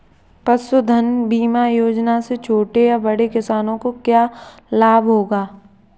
पशुधन बीमा योजना से छोटे या बड़े किसानों को क्या लाभ होगा?